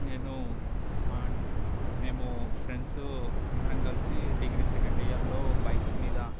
నేను మ మేము ఫ్రెండ్స్ అందరం కలిసి డిగ్రీ సెకండ్ ఇయర్లో బైక్స్ మీద